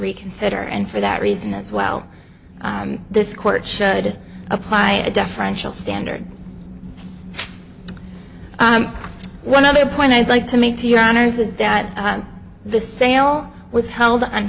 reconsider and for that reason as well this court should apply a deferential standard one other point i'd like to make to your honor's is that the sale was held on